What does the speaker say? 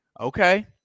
Okay